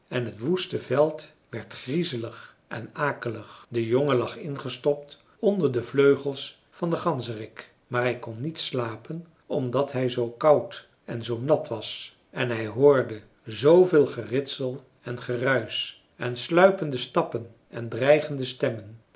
en het woeste veld werd griezelig en akelig de jongen lag ingestopt onder de vleugels van den ganzerik maar hij kon niet slapen omdat hij zoo koud en zoo nat was en hij hoorde zooveel geritsel en geruisch en sluipende stappen en dreigende stemmen